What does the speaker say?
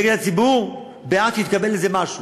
נגד הציבור, בעד שיתקבל איזה משהו,